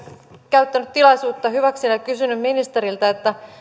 käyttänyt tilaisuutta hyväksi ja kysynyt ministeriltä